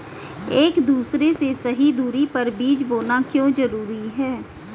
एक दूसरे से सही दूरी पर बीज बोना क्यों जरूरी है?